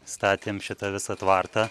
statėm šitą visą tvartą